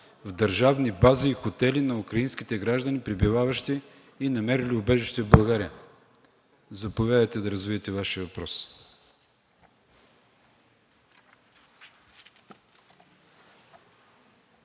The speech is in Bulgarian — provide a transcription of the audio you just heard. в държавни бази и хотели на украинските граждани, пребиваващи и намерили убежище в България. Заповядайте да развитие Вашия въпрос.